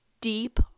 deep